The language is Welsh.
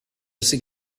sydd